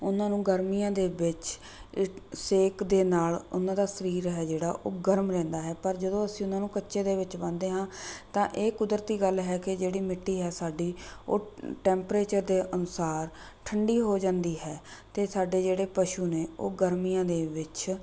ਉਹਨਾਂ ਨੂੰ ਗਰਮੀਆਂ ਦੇ ਵਿੱਚ ਸੇਕ ਦੇ ਨਾਲ ਉਹਨਾਂ ਦਾ ਸਰੀਰ ਹੈ ਜਿਹੜਾ ਉਹ ਗਰਮ ਰਹਿੰਦਾ ਹੈ ਪਰ ਜਦੋਂ ਅਸੀਂ ਉਹਨਾਂ ਨੂੰ ਕੱਚੇ ਦੇ ਵਿੱਚ ਬੰਨਦੇ ਹਾਂ ਤਾਂ ਇਹ ਕੁਦਰਤੀ ਗੱਲ ਹੈ ਕਿ ਜਿਹੜੀ ਮਿੱਟੀ ਹੈ ਸਾਡੀ ਉਹ ਟੈਂਪਰੇਚਰ ਦੇ ਅਨੁਸਾਰ ਠੰਡੀ ਹੋ ਜਾਂਦੀ ਹੈ ਅਤੇ ਸਾਡੇ ਜਿਹੜੇ ਪਸ਼ੂ ਨੇ ਉਹ ਗਰਮੀਆਂ ਦੇ ਵਿੱਚ